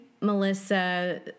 Melissa